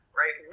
right